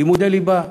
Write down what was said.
לימודי ליבה,